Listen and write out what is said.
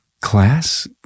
class